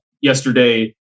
yesterday